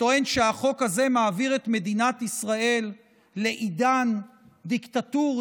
וטוען שהחוק הזה מעביר את מדינת ישראל לעידן דיקטטורי,